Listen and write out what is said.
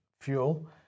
fuel